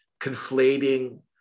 Conflating